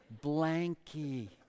Blanky